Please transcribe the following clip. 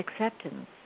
acceptance